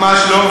ממש לא.